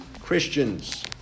Christians